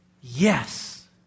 Yes